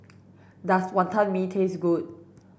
does Wonton Mee taste good